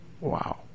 wow